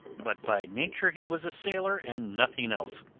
but by nature he was a sailor, and nothing else,